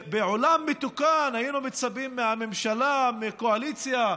בעולם מתוקן היינו מצפים מהממשלה, מהקואליציה,